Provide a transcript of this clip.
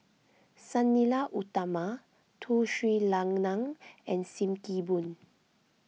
Sang Nila Utama Tun Sri Lanang and Sim Kee Boon